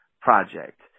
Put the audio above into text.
project